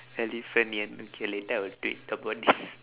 elephanion okay later I will tweet about this